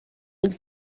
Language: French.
mille